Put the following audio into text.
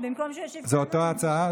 זו אותה הצעה?